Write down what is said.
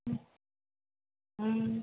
ம் ம்